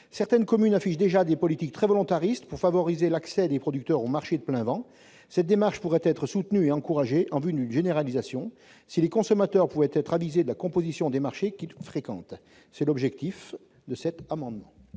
Certaines communes affichent déjà des politiques très volontaristes pour favoriser l'accès des producteurs aux marchés de plein vent. Cette démarche pourrait être soutenue et encouragée en vue d'une généralisation si les consommateurs pouvaient être avisés de la composition des marchés qu'ils fréquentent. Les amendements